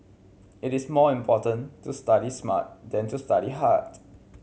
it is more important to study smart than to study hard